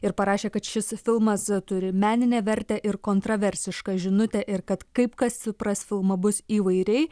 ir parašė kad šis filmas turi meninę vertę ir kontroversišką žinutę ir kad kaip kas supras filmą bus įvairiai